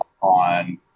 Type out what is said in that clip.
on